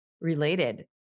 related